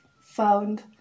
found